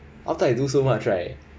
after I do so much right